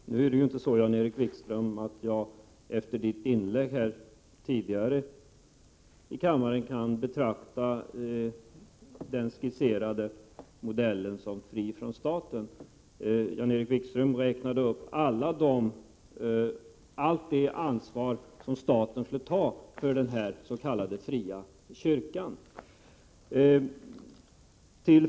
Herr talman! Jag kan inte, efter Jan-Erik Wikströms inlägg tidigare här i kammaren, betrakta den skisserade modellen som fri från staten. Jan-Erik Wikström räknade upp allt det ansvar som staten skulle ta för den s.k. fria kyrkan.